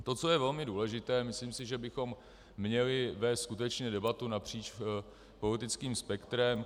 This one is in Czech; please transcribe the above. To, co je velmi důležité, myslím si, že bychom měli vést skutečně debatu napříč politickým spektrem.